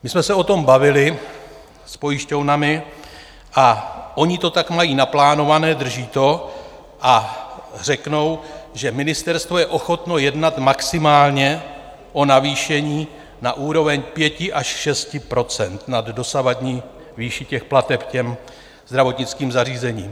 My jsme se o tom bavili s pojišťovnami a ony to tak mají naplánované, drží to a řeknou, že ministerstvo je ochotno jednat maximálně o navýšení na úroveň 5 až 6 % nad dosavadní výši plateb zdravotnickým zařízením.